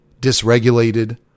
dysregulated